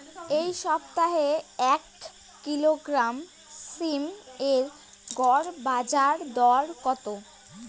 এই সপ্তাহে এক কিলোগ্রাম সীম এর গড় বাজার দর কত?